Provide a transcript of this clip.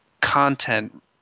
content